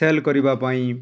cell କରିବା ପାଇଁ